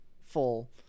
full